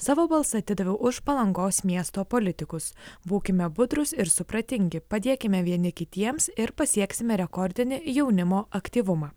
savo balsą atidaviau už palangos miesto politikus būkime budrūs ir supratingi padėkime vieni kitiems ir pasieksime rekordinį jaunimo aktyvumą